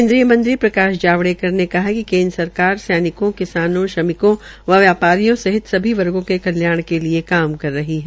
केन्द्रीय मंत्री प्रकाश जावड़ेकर ने कहा कि केन्द्र सरकार सैनिकों किसानों श्रमिकों व व्यापारियों सहित सभी वर्गो के कल्याण के लिए काम कर रही है